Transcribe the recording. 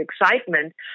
excitement